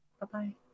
Bye-bye